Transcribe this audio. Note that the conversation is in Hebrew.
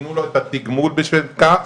ותנו לו את התיגמול בשביל כך.